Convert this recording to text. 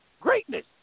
greatness